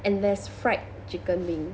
and there's fried chicken wing